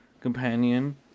companion